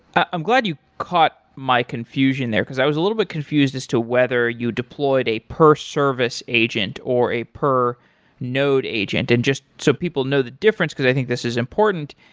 i'm glad you caught my confusion there because i was a little bit confused as to whether you deployed a per service agent, or a per node agent. and just so people know the difference because i think this is important.